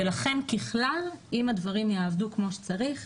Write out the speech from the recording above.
ולכן אם הדברים יעבדו כמו שצריך,